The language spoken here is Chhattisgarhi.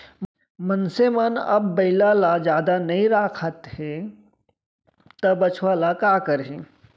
मनसे मन अब बइला ल जादा नइ राखत हें त बछवा ल का करहीं